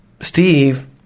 Steve